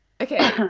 Okay